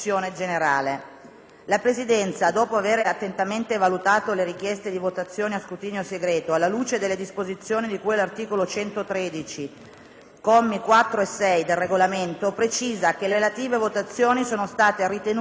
La Presidenza, dopo avere attentamente valutato le richieste di votazioni a scrutinio segreto alla luce delle disposizioni di cui all'articolo 113, commi 4 e 6, del Regolamento, precisa che le relative votazioni sono state ritenute ammissibili